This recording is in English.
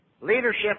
Leadership